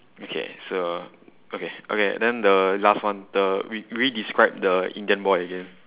okay so okay okay then the last one the redescribe the indian boy again